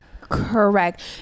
Correct